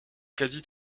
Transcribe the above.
quasi